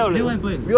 and then what happened